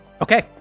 Okay